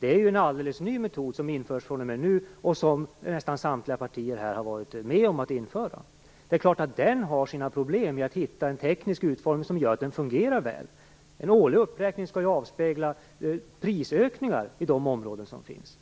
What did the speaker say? Detta är en helt ny metod som införs fr.o.m. nu och som nästan samtliga partier här har varit med om att införa. Det är klart att det har sina problem hitta en teknisk utformning som gör att den fungerar väl. En årlig uppräkning skall avspegla prisökningar i de områden som finns.